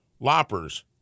loppers